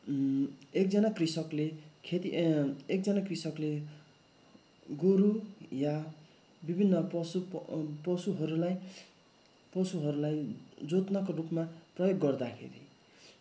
एकजना कृषकले खेती एकजना कृषकले गोरू वा विभिन्न पशु पशुहरूलाई पशुहरूलाई जोत्नको रूपमा प्रयोग गर्दाखेरि